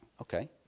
Okay